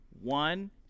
One